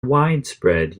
widespread